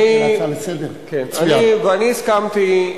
ואני הסכמתי,